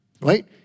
right